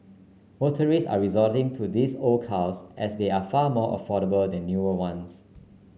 motorists are resorting to these old cars as they are far more affordable than newer ones